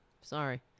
Sorry